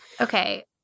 okay